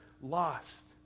lost